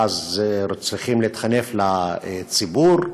ואז צריכים להתחנף לציבור,